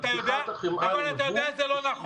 אתה יודע שזה לא נכון.